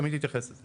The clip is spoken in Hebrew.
עמית יתייחס לזה.